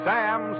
Sam